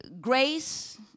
grace